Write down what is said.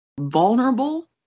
vulnerable